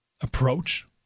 approach